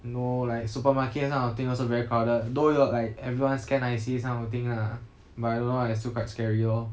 you know like supermarket this kind of thing also very crowded though 有 like everyone scan I_C this kind of things lah but I don't know lah still quite scary lor